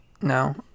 No